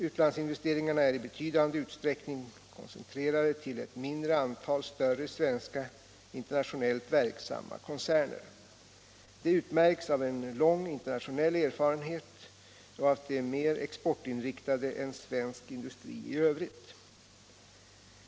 Utlandsinvesteringarna är i betydande utsträckning koncentrerade till ett mindre antal större svenska internationellt verksamma koncerner. De utmärks av en lång internationell erfarenhet och av att de är mer exportinriktade än svensk industri i övrigt.